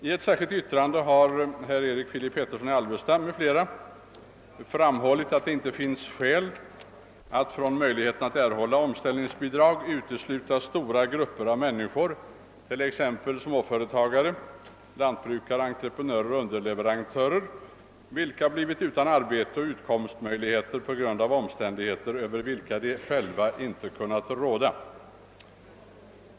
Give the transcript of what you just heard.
Herr Erik Filip Petersson m.fl. har i ett särskilt yttrande till utredningens betänkande framhållit, att det inte finns skäl att från möjligheterna att erhålla omställningsbidrag utesluta stora grupper av människor, t.ex. småföretagare, lantbrukare, entreprenörer och underleverantörer, vilka blivit utan arbete och utkomstmöjligheter på grund av omständigheter över vilka de själva inte kunnat råda.